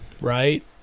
right